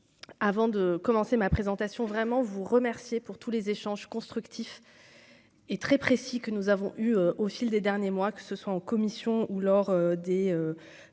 avant de commencer ma présentation vraiment vous remercier pour tous les échanges constructifs. Et très précis que nous avons eu au fil des derniers mois, que ce soit en commission ou lors des